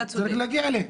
זה צריך להגיע אליהם.